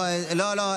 לא, לא.